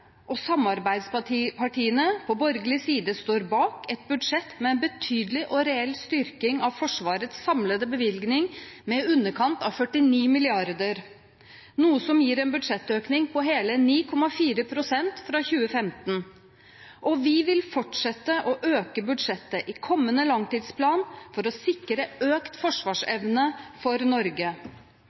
på borgerlig side står bak – et budsjett med en betydelig og reell styrking av Forsvarets samlede bevilgning med i underkant av 49 mrd. kr, noe som gir en budsjettøkning på hele 9,4 pst. fra 2015, og vi vil fortsette å øke budsjettet i kommende langtidsplan for å sikre økt forsvarsevne for Norge.